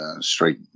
straight